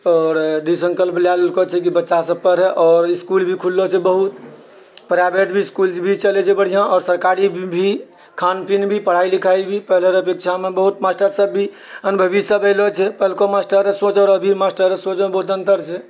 आओर दृढ़ संकल्प लए लेलको छै कि बच्चासभ पढ़य आओर इस्कुल भी खुललो छै बहुत प्राइवेट भी इस्कुल भी चलैत छै बढ़ियाँ आओर सरकारी भी खानपियन भी पढाइ लिखाइ भी पहिनेके अपेक्षामे बहुत मास्टरसभ भी अनुभवीसभ एलो छै पहिलको मास्टर सोच आओर अभी र मास्टरके सोचमे बहुत अन्तर छै